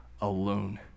alone